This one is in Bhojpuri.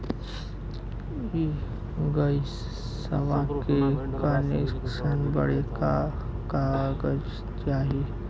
इ गइसवा के कनेक्सन बड़े का का कागज चाही?